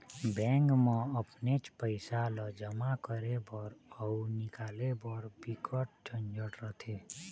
bank म अपनेच पइसा ल जमा करे बर अउ निकाले बर बिकट झंझट रथे